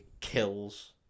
kills